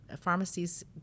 pharmacies